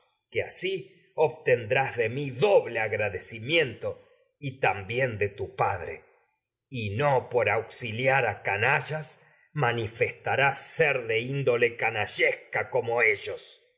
y dos así de mí doble agradecimiento a también de tu y no por auxiliar como canallas ma nifestarás ser de índole canallesca ellos